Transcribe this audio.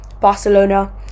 Barcelona